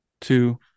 two